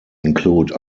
include